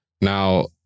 Now